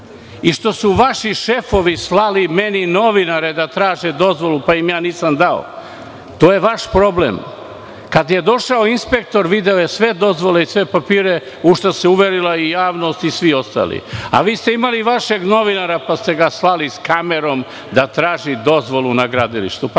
i što su vaši šefovi slali meni novinare da traže dozvolu, pa im ja nisam dao, to je vaš problem. Kada je došao inspektor, video je sve dozvole i sve papire, u šta se uverila i javnost i svi ostali, a vi ste imali vašeg novinara, pa ste ga slali sa kamerom da traži dozvolu na tom gradilištu,